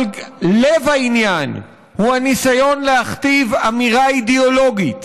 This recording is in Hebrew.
אבל לב העניין הוא הניסיון להכתיב אמירה אידיאולוגית,